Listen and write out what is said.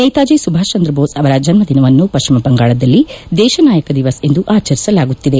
ನೇತಾಜಿ ಸುಭಾಷ್ ಚಂದ್ರ ಬೋಸ್ ಅವರ ಜನ್ಮ ದಿನವನ್ನು ಪಶ್ಚಿಮ ಬಂಗಾಳದಲ್ಲಿ ದೇಶ ನಾಯಕ ದಿವಸ ಎಂದು ಆಚರಿಸಲಾಗುತ್ತಿದೆ